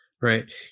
right